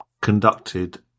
conducted